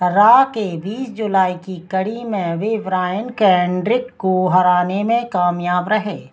raw के बीस जुलाई की कड़ी में वे ब्रायन केंड्रिक को हराने में कामयाब रहे